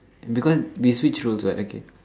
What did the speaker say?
because we switch roles what okay